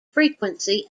frequency